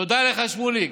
תודה לך, שמוליק,